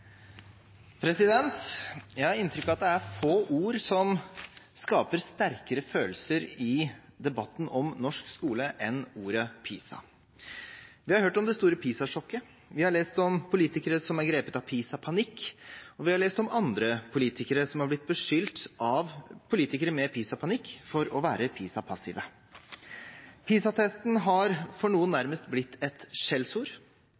Jeg har inntrykk av at det er få ord som skaper sterkere følelser i debatten om norsk skole enn ordet «PISA». Vi har hørt om det store PISA-sjokket, vi har lest om politikere som er grepet av PISA-panikk, og vi har lest om andre politikere som har blitt beskyldt av politikere med PISA-panikk, for å være PISA-passive. PISA-testen har for noen